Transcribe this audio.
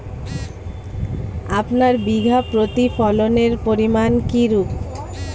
আপনার বিঘা প্রতি ফলনের পরিমান কীরূপ?